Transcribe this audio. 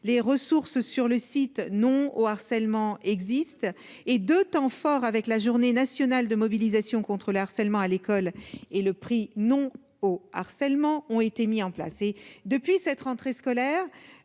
les ressources sur le site, non au harcèlement existe et de temps forts avec la journée nationale de mobilisation contre le harcèlement à l'école et le prix, non au harcèlement ont été mis en place et, depuis cette rentrée scolaire,